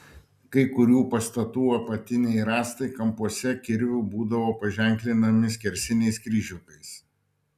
kai kurių pastatų apatiniai rąstai kampuose kirviu būdavo paženklinami skersiniais kryžiukais